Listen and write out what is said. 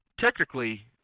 technically